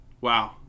wow